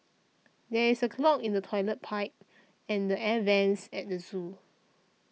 there is a clog in the Toilet Pipe and the Air Vents at the zoo